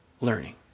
Learning